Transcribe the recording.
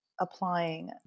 applying